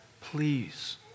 please